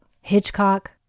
Hitchcock